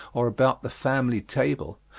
or about the family table,